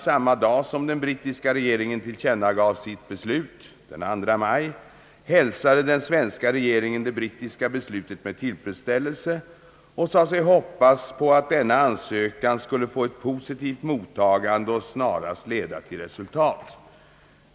som den brittiska regeringen tillkännagav sitt beslut — den 2 maj — hälsade den svenska regeringen det brittiska beslutet med tillfredsställelse och sade sig hoppas på att denna ansökan skulle få ett positivt mottagande och snarast leda till resultat.